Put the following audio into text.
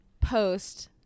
post